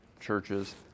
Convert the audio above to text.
churches